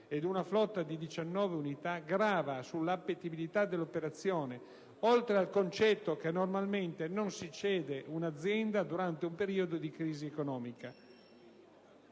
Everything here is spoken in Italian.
ed una flotta composta da 19 unità, grava sulla appetibilità dell'operazione, oltre al concetto che normalmente non si cede un'azienda durante un periodo di crisi economica.